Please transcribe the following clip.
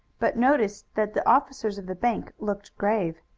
but noticed that the officers of the bank looked grave.